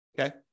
Okay